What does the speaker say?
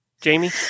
Jamie